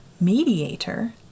mediator